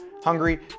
Hungary